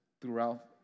throughout